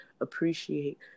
appreciate